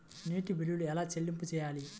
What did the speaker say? నీటి బిల్లు ఎలా చెల్లింపు చేయాలి?